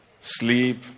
sleep